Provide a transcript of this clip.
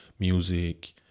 Music